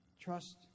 Trust